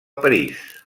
parís